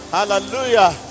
Hallelujah